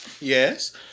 Yes